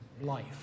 life